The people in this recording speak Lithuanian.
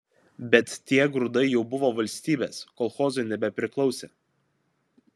bet tie grūdai jau buvo valstybės kolchozui nebepriklausė